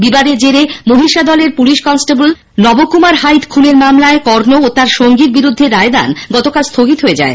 বিবাদের জেরে মহিষাদলের পুলিশ কনস্টেবল নবকুমার হাইত খুনের মামলায় কর্ণ এবং তার সঙ্গীর বিরুদ্ধে রায়দান গতকাল স্থগিত হয়ে যায়